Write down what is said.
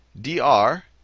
DR